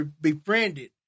befriended